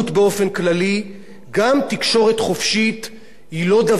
גם תקשורת חופשית היא לא דבר שאפשר או ניתן